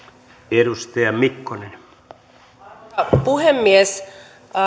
arvoisa puhemies